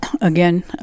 again